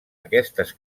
aquestes